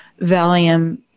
Valium